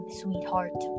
sweetheart